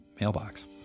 mailbox